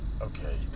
Okay